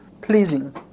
pleasing